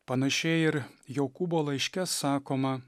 panašiai ir jokūbo laiške sakoma